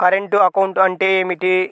Current account అంటే ఏమిటి?